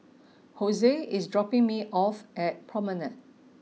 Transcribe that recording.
Jose is dropping me off at Promenade